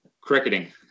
cricketing